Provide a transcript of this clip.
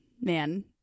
man